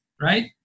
right